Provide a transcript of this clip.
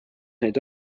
neid